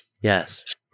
Yes